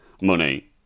money